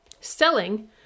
Selling